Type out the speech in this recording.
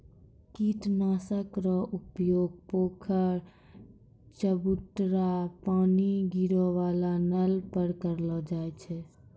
कीट नाशक रो उपयोग पोखर, चवुटरा पानी गिरै वाला नल पर करलो जाय छै